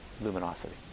luminosity